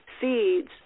seeds